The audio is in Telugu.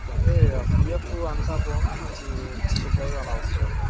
ఓకే అంటే పిఎఫ్ అంతా పోను మనకి ట్వంటీ ఫైవ్ అలా వస్తుందా సార్